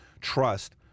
trust